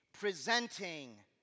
presenting